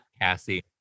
Cassie